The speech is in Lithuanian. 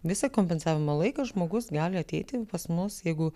visą kompensavimo laiką žmogus gali ateiti pas mus jeigu